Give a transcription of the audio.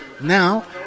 Now